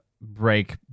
break